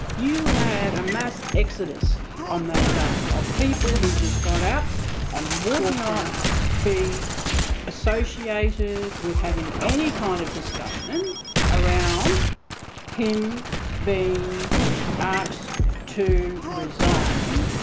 you had a mass exodus on that day of people who just got up and would not be associated with having any kind of discussion around him being asked to resign.